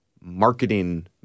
marketing